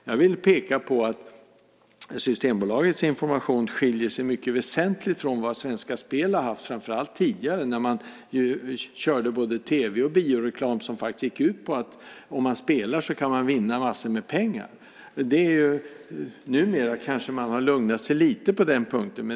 Jag vill peka på att Systembolagets information väsentligt skiljer sig från den Svenska Spel har haft, framför allt tidigare då man körde med både tv och bioreklam som faktiskt gick ut på att man om man spelar kan vinna en massa pengar. Numera har man kanske lugnat sig lite grann på den punkten.